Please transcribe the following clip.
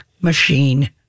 machine